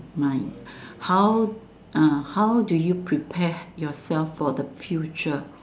mind how uh how do you prepare yourself for the future